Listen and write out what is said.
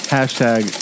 Hashtag